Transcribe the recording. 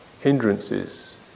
Hindrances